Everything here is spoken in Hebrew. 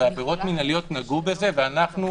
ועבירות מינהליות נגעו בזה, ואנחנו